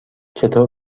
چطور